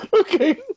okay